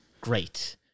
Great